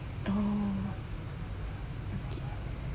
oh